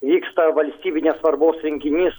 vyksta valstybinės svarbos renginys